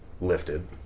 Lifted